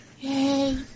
Yay